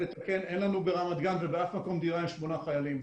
אין לנו ברמת גן או באף מקום דירה עם 8 חיילים.